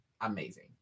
amazing